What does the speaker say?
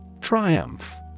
Triumph